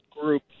group